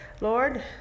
Lord